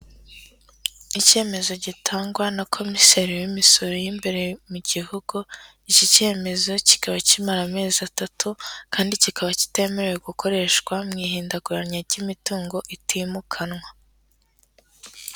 Icyemezo gitangwa na komiseri w'imisoro y'imbere mu gihugu, iki cyemezo kikaba kimara amezi atatu kandi kikaba kitemewe gukoreshwa mu ihindaguranya ry'imitungo itimukanwa.